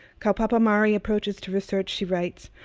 kaupapa maori approaches to research, she writes,